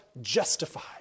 justified